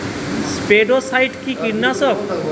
স্পোডোসাইট কি কীটনাশক?